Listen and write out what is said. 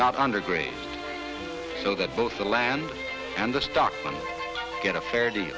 not under grace so that both the land and the stockman get a fair